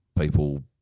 people